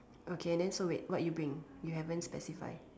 okay then so wait what you bring you haven't specify